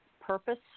purpose